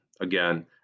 Again